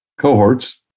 cohorts